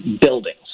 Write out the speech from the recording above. buildings